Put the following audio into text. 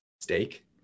steak